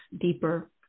deeper